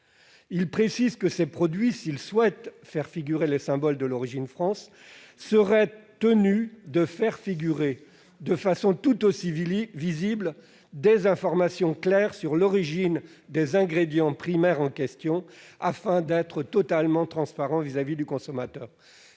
fabricants de ces produits, pour faire figurer le symbole de l'origine France, seraient tenus d'apposer de façon tout aussi visible des informations claires sur l'origine des ingrédients primaires, afin d'être totalement transparents vis-à-vis du consommateur.